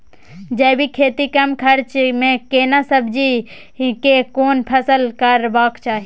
जैविक खेती कम खर्च में केना सब्जी के कोन फसल करबाक चाही?